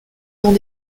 dans